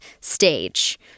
stage